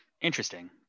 Interesting